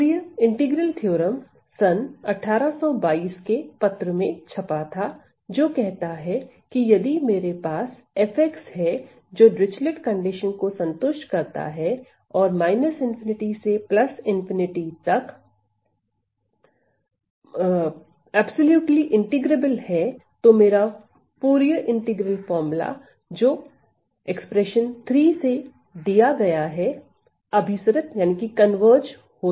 Fourier समाकल प्रमेय सन् 1822 के पत्र में छपा था जो कहता है कि यदि मेरे पास f है जो डिरचलेट प्रतिबंध को संतुष्ट करता है और ∞ से ∞ तक परिशुद्ध समाकलनीय है तो मेरा फूरिये समाकल सूत्र जो व्यंजक 3 से दिया गया था अभिसरित होता है